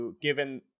given